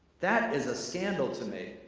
that is a scandal to me.